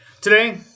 today